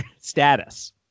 status